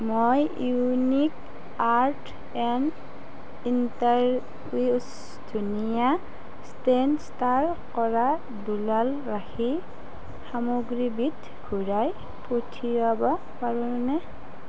মই Unique Art and Interiors ধুনীয়া stain star কৰা দুলাল ৰাখি সামগ্ৰীবিধ ঘূৰাই পঠিয়াব পাৰোনে